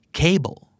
cable